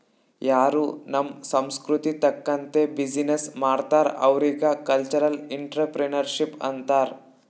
ಯಾರೂ ನಮ್ ಸಂಸ್ಕೃತಿ ತಕಂತ್ತೆ ಬಿಸಿನ್ನೆಸ್ ಮಾಡ್ತಾರ್ ಅವ್ರಿಗ ಕಲ್ಚರಲ್ ಇಂಟ್ರಪ್ರಿನರ್ಶಿಪ್ ಅಂತಾರ್